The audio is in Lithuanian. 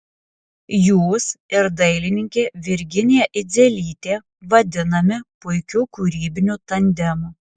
jūs ir dailininkė virginija idzelytė vadinami puikiu kūrybiniu tandemu